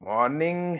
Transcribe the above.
Morning